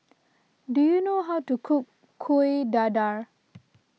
do you know how to cook Kuih Dadar